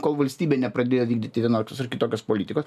kol valstybė nepradėjo vykdyti vienokios ar kitokios politikos